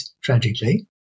tragically